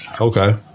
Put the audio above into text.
okay